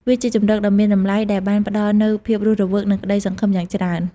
វាជាជម្រកដ៏មានតម្លៃដែលបានផ្តល់នូវភាពរស់រវើកនិងក្ដីសង្ឃឹមយ៉ាងច្រើន។